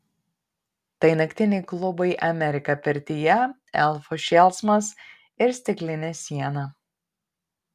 tai naktiniai klubai amerika pirtyje elfų šėlsmas ir stiklinė siena